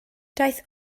daeth